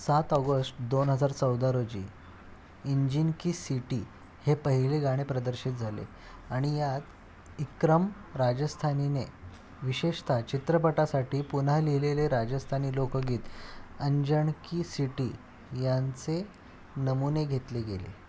सात ऑगस्ट दोन हजार चौदा रोजी इंजिन की सिटी हे पहिले गाणे प्रदर्शित झाले आणि यात इक्रम राजस्थानीने विशेषत चित्रपटासाठी पुन्हा लिहिलेले राजस्थानी लोकगीत अंजण की सिटी यांचे नमुने घेतले गेले